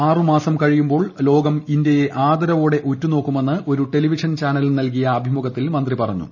ആറു മാസം കഴിയുമ്പോൾ ലോകം ആദരവോടെ ഉറ്റുനോക്കുമെന്ന് ഒരു ടെലിവിഷൻ ചാനലിനു നൽകിയ അഭിമുഖത്തിൽ മന്ത്രി പറഞ്ഞു